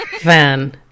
Van